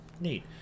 Neat